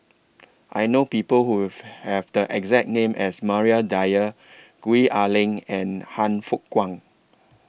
I know People Who Have The exact name as Maria Dyer Gwee Ah Leng and Han Fook Kwang